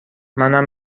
منم